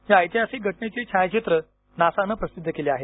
या ऐतिहासिक घटनेची छायाचित्रे नासाने प्रसिद्ध केली आहेत